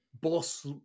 boss